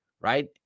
right